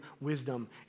wisdom